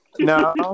No